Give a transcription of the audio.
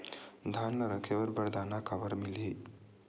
धान ल रखे बर बारदाना काबर मिलही?